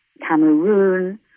Cameroon